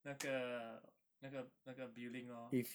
那个那个那个 billing lor